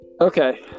Okay